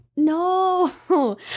No